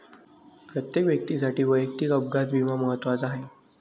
प्रत्येक व्यक्तीसाठी वैयक्तिक अपघात विमा महत्त्वाचा आहे